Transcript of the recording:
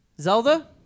Zelda